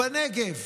בנגב,